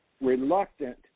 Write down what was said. reluctant